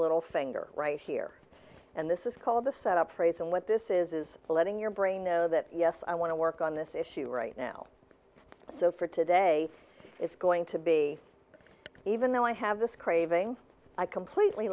little finger right here and this is called a set up phrase and what this is is letting your brain know that yes i want to work on this issue right now so for today it's going to be even though i have this craving i completely